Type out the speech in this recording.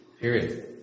Period